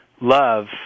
Love